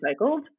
recycled